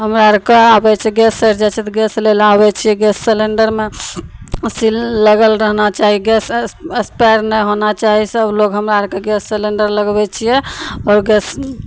हम्मे आर कहि आबय छियै गैस सधि जाइ छै तऽ गैस लैलए आबय छियै गैस सिलिण्डरमे सील लगल रहना चाही गैस अस एक्सपायर नहि होना चाही सब लोग हमरा आरके गैस सिलिण्डर लगबय छियै तऽ उ गैस